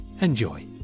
Enjoy